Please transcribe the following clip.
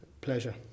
Pleasure